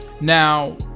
Now